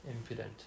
Impudent